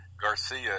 Garcia